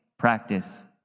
practice